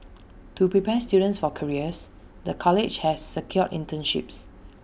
to prepare students for careers the college has secured internships